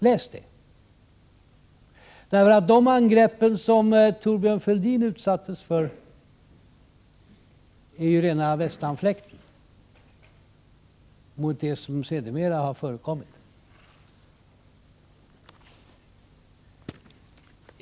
Läs det, därför att de angrepp som Thorbjörn Fälldin utsattes för är ju rena västanfläkten jämfört med det som sedermera har förekommit.